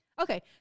Okay